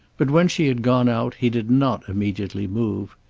but when she had gone out he did not immediately move.